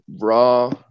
Raw